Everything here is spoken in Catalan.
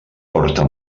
porta